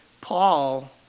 Paul